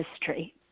history